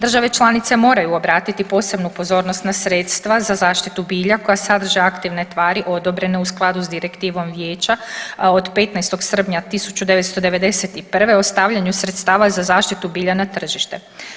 Države članice moraju obratiti posebnu pozornost na sredstva za zaštitu bilja koja sadrže aktivne tvari odobrene u skladu sa direktivom Vijeća od 15. srpnja 1991. o stavljanju sredstava za zaštitu bilja na tržište.